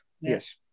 Yes